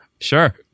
sure